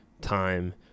time